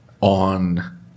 on